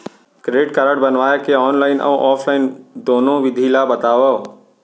Credit card बनवाए के online अऊ ऑफलाइन दुनो विधि ला बतावव?